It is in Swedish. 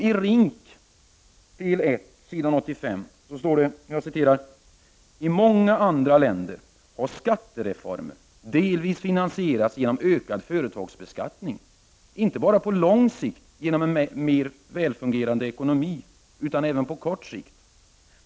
I RINK, del 1 s. 85 står: ”I många andra länder har skattereformer delvis finansierats genom ökad företagsbeskattning inte bara på lång sikt genom en mera välfungerande ekonomi utan även på kort sikt.